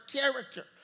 character